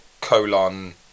colon